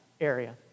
area